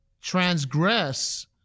transgress